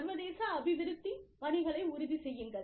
சர்வதேச அபிவிருத்தி பணிகளை உறுதி செய்யுங்கள்